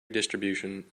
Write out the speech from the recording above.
distribution